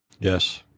yes